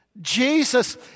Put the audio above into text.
Jesus